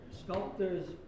sculptor's